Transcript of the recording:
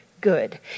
good